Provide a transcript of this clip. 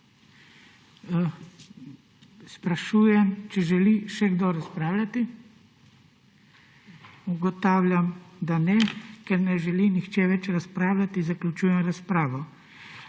Sprašujem, če želi še kdo razpravljati? Ugotavljam, da ne. Ker ne želi nihče več razpravljati, zaključujem razpravo.